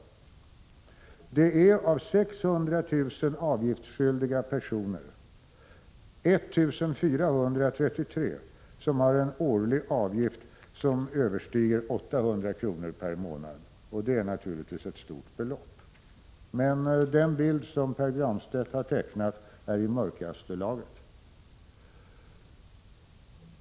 Av 600 000 avgiftsskyldiga personer har 1 433 personer en årlig avgift som överstiger 800 kr. per månad, och det är naturligtvis ett stort belopp. Men den bild som Pär Granstedt har tecknat är i mörkaste laget.